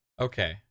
okay